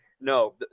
No